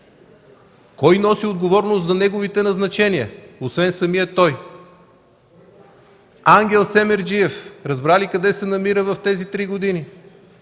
Кой носи отговорност за неговите назначения освен самият той? Ангел Семерджиев разбра ли къде се намира тези три години?